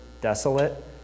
desolate